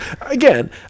again